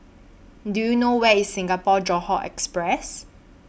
Do YOU know Where IS Singapore Johore Express